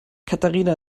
katharina